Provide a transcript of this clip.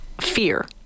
fear